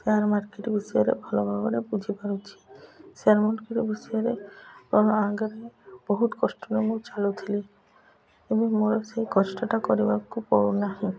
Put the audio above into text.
share market ବିଷୟରେ ଭଲ ଭାବରେ ବୁଝିପାରୁଛି ସେୟାର୍ ମାର୍କେଟ୍ ବିଷୟରେ କାହା ଆଗରେ ବହୁତ କଷ୍ଟରେ ମୁଁ ଚାଲୁଥିଲି ଏବେ ମୋର ସେଇ କଷ୍ଟଟା କରିବାକୁ ପଡ଼ୁନାହିଁ